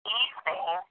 evening